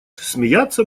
смеяться